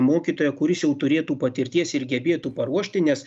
mokytoją kuris jau turėtų patirties ir gebėtų paruošti nes